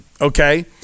okay